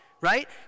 right